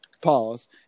Pause